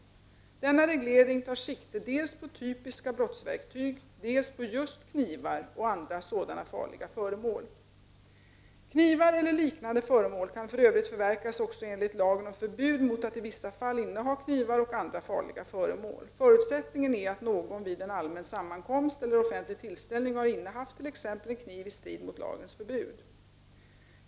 Denna reglering tar sikte dels på typiska brottsverktyg, dels på just knivar och andra sådana farliga föremål. Knivar eller liknande föremål kan för övrigt förverkas också enligt lagen om förbud mot att i vissa fall inneha knivar och andra farliga föremål. Förutsättningen är att någon vid en allmän sammankomst eller offentlig tillställning har innehaft t.ex. en kniv i strid mot lagens förbud.